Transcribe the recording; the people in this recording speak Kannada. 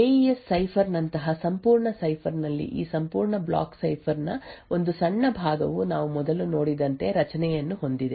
ಎಈಯಸ್ ಸೈಫರ್ ನಂತಹ ಸಂಪೂರ್ಣ ಸೈಫರ್ ನಲ್ಲಿ ಈ ಸಂಪೂರ್ಣ ಬ್ಲಾಕ್ ಸೈಫರ್ ನ ಒಂದು ಸಣ್ಣ ಭಾಗವು ನಾವು ಮೊದಲು ನೋಡಿದಂತೆ ರಚನೆಯನ್ನು ಹೊಂದಿದೆ